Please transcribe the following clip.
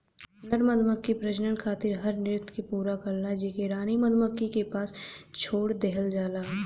नर मधुमक्खी प्रजनन खातिर हर नृत्य के पूरा करला जेके रानी मधुमक्खी के पास छोड़ देहल जाला